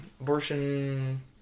Abortion